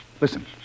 Listen